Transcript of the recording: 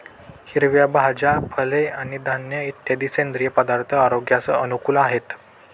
हिरव्या भाज्या, फळे आणि धान्य इत्यादी सेंद्रिय पदार्थ आरोग्यास अनुकूल आहेत